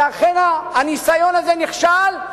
שאכן הניסוי הזה נכשל,